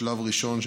בשלב ראשון,